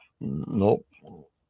Nope